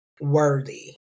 Worthy